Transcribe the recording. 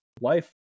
life